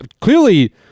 clearly